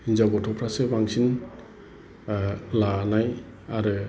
हिनजाव गथ'फ्रासो बांसिन लानाय आरो